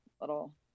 little